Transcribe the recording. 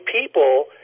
people